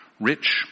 rich